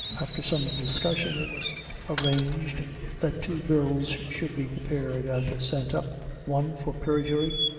after some discussion, it was arranged that two bills should be prepared and sent up one for perjury,